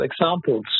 examples